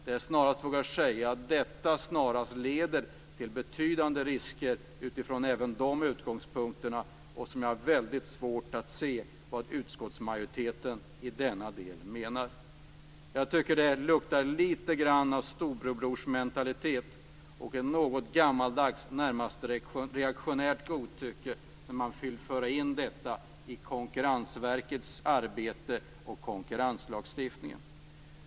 Jag vågar nog säga att detta snarast leder till betydande risker, även utifrån de nämnda utgångspunkterna. Jag har väldigt svårt att se vad utskottsmajoriteten i denna del menar. Det luktar lite grann av storebrorsmentalitet och ett något gammaldags, närmast reaktionärt, godtycke när man vill föra in detta i Konkurrensverkets arbete och i konkurrenslagstiftningen.